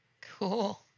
Cool